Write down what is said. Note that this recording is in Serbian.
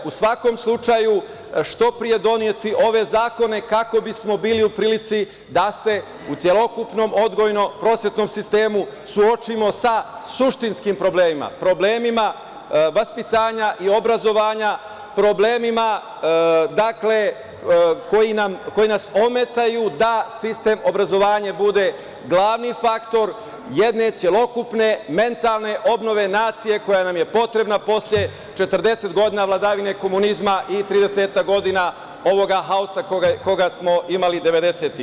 U svakom slučaju, što pre doneti ove zakone, kako bismo bili u prilici da se u celokupnom odgojno-prosvetnom sistemu suočimo sa suštinskim problemima, problemima vaspitanja i obrazovanja, problemima koji nas ometaju da sistem obrazovanja bude glavni faktor jedne celokupne mentalne obnove nacije koja nam je potrebna posle 40 godina vladavine komunizma i 30-ak godina ovoga haosa koji smo imali 90-ih.